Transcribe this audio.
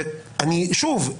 ושוב,